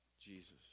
Jesus